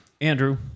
Andrew